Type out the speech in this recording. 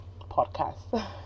podcast